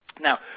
Now